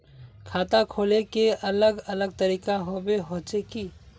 खाता खोले के अलग अलग तरीका होबे होचे की?